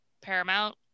Paramount